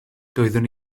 doeddwn